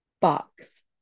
box